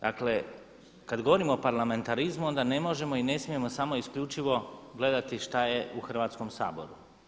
Dakle, kad govorimo o parlamentarizmu onda ne možemo i ne smijemo samo isključivo gledati što je u Hrvatskom saboru.